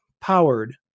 powered